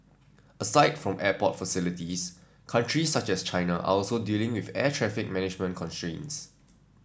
aside from airport facilities countries such as China are also dealing with air traffic management constraints